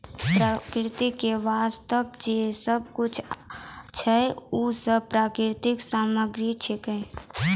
प्रकृति क वास्ते जे सब आबै छै, उ सब प्राकृतिक सामग्री छिकै